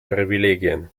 privilegien